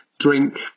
drink